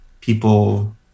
people